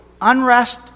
Unrest